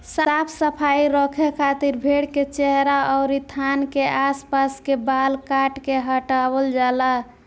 साफ सफाई रखे खातिर भेड़ के चेहरा अउरी थान के आस पास के बाल काट के हटावल जाला